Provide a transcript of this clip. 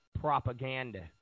propaganda